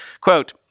Quote